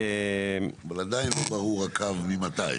אבל עדיין לא ברור הקו ממתי.